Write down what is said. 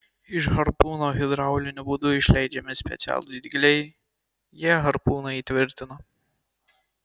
iš harpūno hidrauliniu būdu išleidžiami specialūs dygliai jie harpūną įtvirtina